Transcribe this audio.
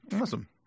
Awesome